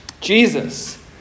Jesus